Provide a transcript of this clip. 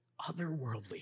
otherworldly